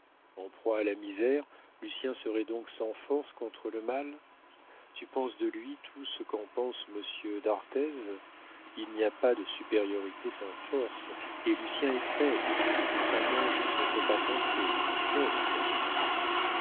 en proie à la misère lucien serait donc sans force contre le mal tu penses de lui tout ce qu'en pense monsieur d'arthez il n'y a pas de supériorité sans force et lucien est faible un ange qu'il ne faut pas tenter qu'est-ce